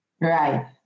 Right